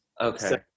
Okay